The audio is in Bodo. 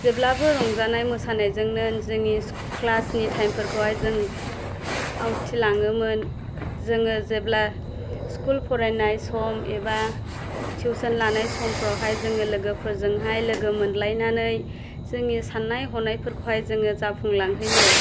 जेब्लाबो रंजानाय मोसानायजोंनो जोंनि क्लासनि टाइमफोरखौहाय जों आवथिलाङोमोन जोङो जेब्ला स्कुल फरायनाय सम एबा टिउसन लानाय समफ्रावहाय जोङो लोगोफोरजोंहाय लोगो मोनलायनानै जोंनि सान्नाय हनायफोरखौहाय जोङो जाफुंलांहोयो